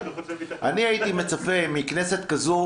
אני הייתי מצפה מכנסת כזו,